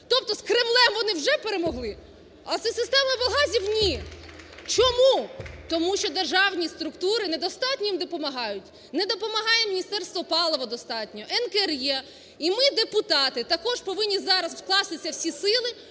Тобто з Кремлем вони вже перемогли, а з системою облгазів – ні. Чому?! Тому що державні структури не достатньо їм допомагають, не допомагає Міністерство палива достатньо, НКРЕ. І ми, депутати, також повинні зараз вкласти в це всі сили,